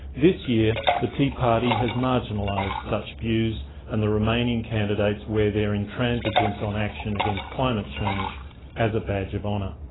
this year the tea party has marginalised such views and the remaining candidates wear their intransigence on action against climate change as a badge of honour.